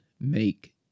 make